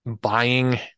buying